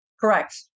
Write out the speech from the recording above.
correct